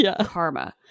karma